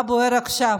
מה בוער עכשיו?